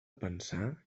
pensar